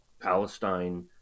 palestine